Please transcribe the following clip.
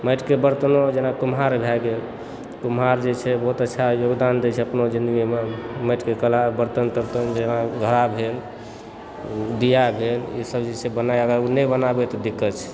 माटिक बर्तनो जेना कुम्हार भए गेल कुम्हार जे छै बहुत अच्छा योगदान दैत छै अपनो जिन्दगीमे माटिके कला बर्तन तर्तन जेना घड़ा भेल दीया भेल ई सब जे छै बनाबै नहि बनाबै तऽ दिक्कत छै